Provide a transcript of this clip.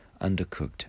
Undercooked